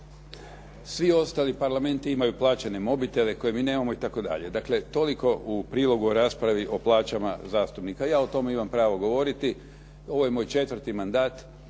Svi ostali parlamenti imaju plaćene mobitele koje mi nemamo itd. Dakle, toliko u prilogu o raspravi o plaćama zastupnika. Ja o tome imam pravo govoriti. Ovo je moj četvrti mandat